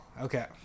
Okay